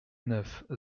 neuf